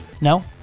No